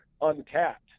uncapped